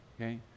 okay